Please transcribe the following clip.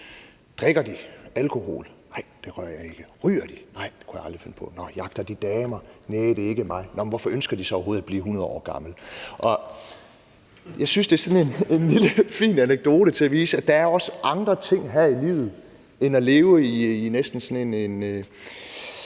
drikker De alkohol? Nej, det rører jeg ikke. Ryger De? Nej, det kunne jeg aldrig finde på. Nå, jagter De damer? Næh, det er ikke mig. Nå, men hvorfor ønsker De så overhovedet at blive 100 år gammel? Jeg synes, det er sådan en lille fin anekdote til at vise, at der også er andre ting her i livet end at leve i næsten sådan en